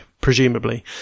presumably